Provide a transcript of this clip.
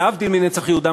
להבדיל מ"נצח יהודה",